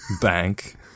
bank